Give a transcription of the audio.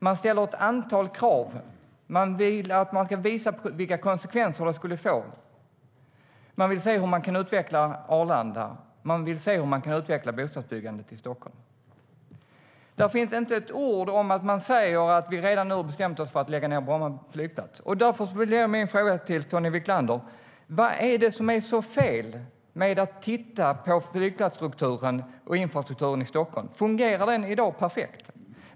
Man ställer ett antal krav. Det ska kunna visas vilka konsekvenser det skulle få, hur Arlanda kan utvecklas och hur bostadsbyggandet i Stockholm kan utvecklas. Där finns inte ett ord om att vi redan nu har bestämt oss för att lägga ned Bromma flygplats, och därför är min fråga till Tony Wiklander: Vad är det som är så fel med att titta på flygplatsstrukturen och infrastrukturen i Stockholm? Fungerar den perfekt i dag?